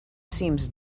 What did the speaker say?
seems